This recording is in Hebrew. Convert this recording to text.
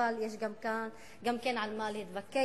אבל יש גם על מה להתווכח